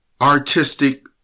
artistic